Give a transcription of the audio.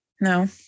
No